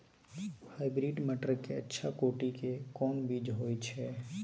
Hybrid मटर के अच्छा कोटि के कोन बीज होय छै?